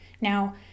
Now